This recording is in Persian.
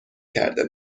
کرده